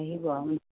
আহিব